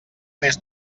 més